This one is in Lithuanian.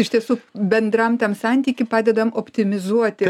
iš tiesų bendram tam santyky padedam optimizuoti